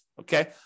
okay